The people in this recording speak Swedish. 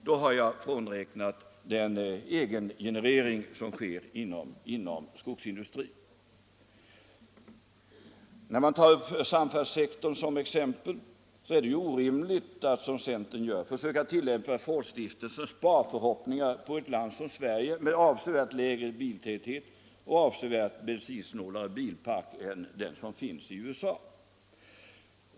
Då har jag frånräknat den egengenerering som sker inom skogsindustrin. Och när man tar sam färdselsektorn som exempel är det orimligt att, Som centern gör, försöka tillämpa Fordstiftelsens sparförhoppningar på ett land som Sverige med avsevärt lägre biltäthet och avsevärt bensinsnålare bilpark än den som finns i USA.